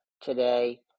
today